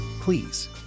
Please